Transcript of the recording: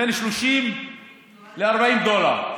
בין 30 ל-40 דולר.